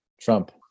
Trump